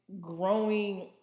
growing